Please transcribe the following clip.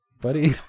buddy